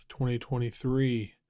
2023